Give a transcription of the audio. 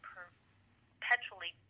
perpetually